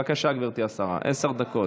בבקשה, גברתי השרה, עשר דקות.